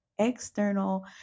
external